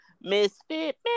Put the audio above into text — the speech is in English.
Misfit